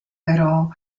però